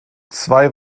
zwei